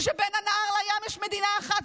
הוא שבין הנהר לים יש מדינה אחת,